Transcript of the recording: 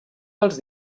dels